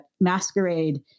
masquerade